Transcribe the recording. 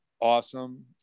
awesome